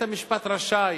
בית-המשפט רשאי,